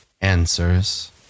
answers